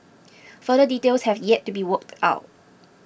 full details have yet to be worked out